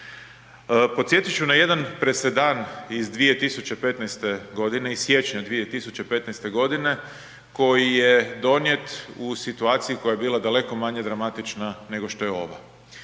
Podsjetit ću na jedan presedan iz 2015. godine, iz siječnja 2015. godine koji je donijet u situaciji koja je bila daleko manje dramatična nego što je ova.